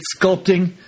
sculpting